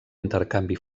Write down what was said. intercanvi